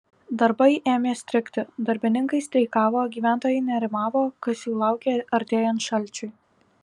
darbai ėmė strigti darbininkai streikavo gyventojai nerimavo kas jų laukia artėjant šalčiui